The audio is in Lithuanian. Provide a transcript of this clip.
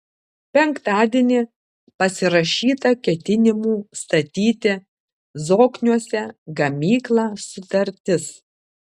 penktadienį pasirašyta ketinimų statyti zokniuose gamyklą sutartis